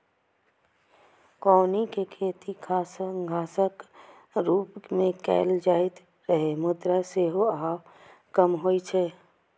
कौनी के खेती घासक रूप मे कैल जाइत रहै, मुदा सेहो आब कम होइ छै